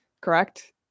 correct